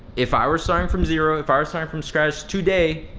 if i were starting from zero, if i were starting from scratch today,